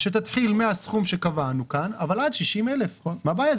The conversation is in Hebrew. שתתחיל מהסכום שקבענו כאן אבל עד 60,000. מה הבעיה?